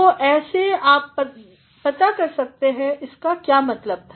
तो ऐसे आप पता कर सकते हैं इसका क्या मतलब था